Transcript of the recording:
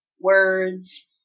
words